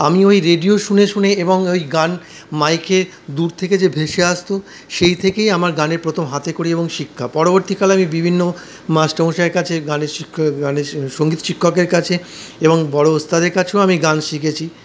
আমি ওই রেডিও শুনে শুনে এবং ওই গান মাইকে দূর থেকে যে ভেসে আসত সেই থেকেই আমার গানে প্রথম হাতেখড়ি এবং শিক্ষা পরবর্তীকালে আমি বিভিন্ন মাস্টারমশাইয়ের কাছে গানে গানে সঙ্গীত শিক্ষকের কাছে এবং বড় ওস্তাদের কাছেও আমি গান শিখেছি